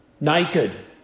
Naked